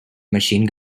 machine